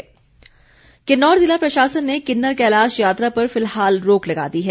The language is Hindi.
किन्नर कैलाश किन्नौर ज़िला प्रशासन ने किन्नर कैलाश यात्रा पर फिलहाल रोक लगा दी है